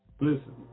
Listen